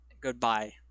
Goodbye